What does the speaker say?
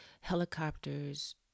helicopters